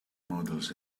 models